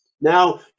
Now